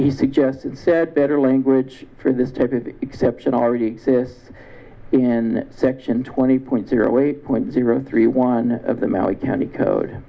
he suggested better language for this type of exception already exists in section twenty point zero eight point zero three one of the mallet county code